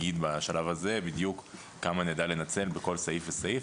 ובשלב הזה אנחנו לא יודעים להגיד בדיוק כמה נדע לנצל בכל סעיף וסעיף,